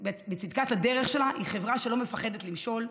בצדקת הדרך שלה, היא חברה שלא מפחדת למשול.